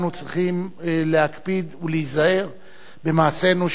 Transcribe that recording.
ואנחנו כולנו צריכים להקפיד ולהיזהר במעשינו,